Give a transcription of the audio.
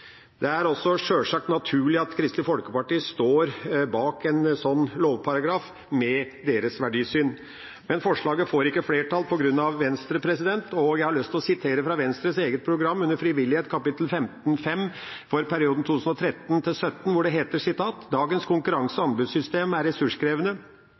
Det er også sjølsagt naturlig at Kristelig Folkeparti står bak en sånn lovparagraf med deres verdisyn. Men forslaget får ikke flertall på grunn av Venstre, og jeg har lyst til å sitere fra Venstres eget program for perioden 2013–2017. Under kapittel 15.5 Frivillighet står det: «Dagens konkurranse- og anbudssystem er ressurskrevende og tar ikke hensyn til